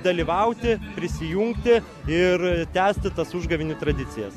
dalyvauti prisijungti ir tęsti tas užgavėnių tradicijas